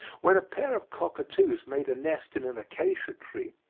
when a pair of cockatoos made a nest in an acacia tree,